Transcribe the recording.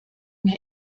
mir